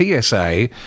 PSA